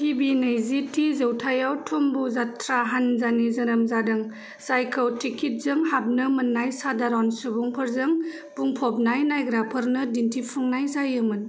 गिबि नैजिथि जौथायाव 'तुम्बु' जात्रा हानजानि जोनोम जादों जायखौ टिकेतजों हाबनो मोननाय साधारन सुबुंफोरजों बुंफबनाय नायग्राफोरनो दिन्थिफुंनाय जायोमोन